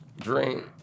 drink